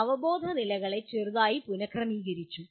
അവബോധ നിലകളെ ചെറുതായി പുനഃക്രമീകരിച്ചു